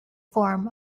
form